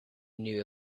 knew